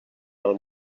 del